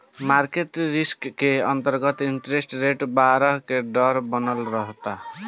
market risk के अंतरगत interest rate बरहे के डर बनल रहता